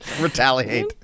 Retaliate